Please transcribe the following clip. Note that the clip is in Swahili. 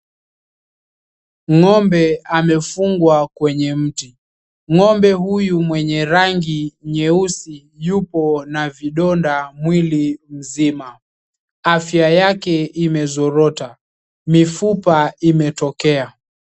Ng'ombe amefungwa kwenye mti. Ng'ombe huyu mwenye rangi nyeusi yupo na vidonda mwili mzima. Afya yake imezorota. Mifupa imetokea,